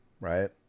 right